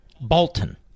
Bolton